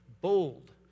Bold